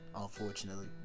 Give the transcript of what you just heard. unfortunately